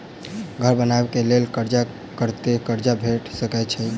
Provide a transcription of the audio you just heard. घर बनबे कऽ लेल कर्जा कत्ते कर्जा भेट सकय छई?